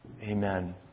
Amen